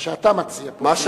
מה שאתה מציע פה.